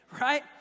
right